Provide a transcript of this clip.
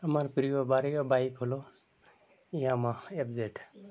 আমার প্রিয় বারি বাইক হল ইয়ামাহা এফজেড